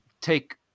take